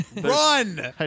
Run